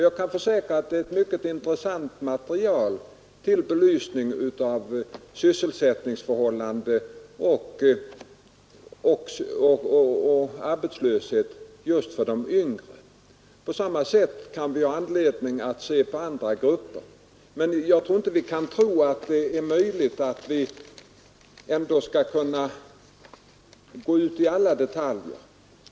Jag kan försäkra att det är ett mycket intressant material till belysning av sysselsättningsförhållanden och arbetslöshet just för de yngre. På samma sätt kan vi ha anledning att se på andra grupper, men vi skall inte tro att det är möjligt att gå in på alla detaljer.